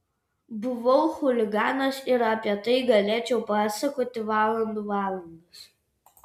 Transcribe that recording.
buvau chuliganas ir apie tai galėčiau pasakoti valandų valandas